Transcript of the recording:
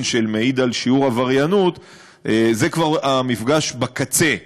שמעיד על שיעור עבריינות זה כבר המפגש בקצה.